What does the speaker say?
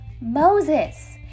Moses